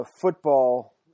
football